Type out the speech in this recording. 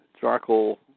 charcoal